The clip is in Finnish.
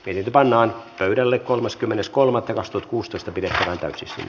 eli pannaan pöydälle kolmaskymmeneskolmas kierrosta kuustosta pitää